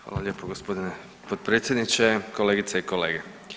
Hvala lijepo gospodine potpredsjedniče, kolegice i kolege.